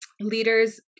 leaders